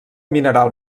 mineral